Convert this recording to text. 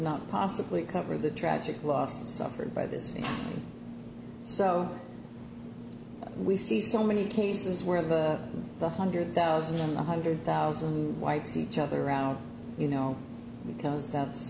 not possibly cover the tragic loss suffered by this so we see so many cases where the the hundred thousand one hundred thousand wipes each other around you know because that's